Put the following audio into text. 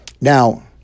Now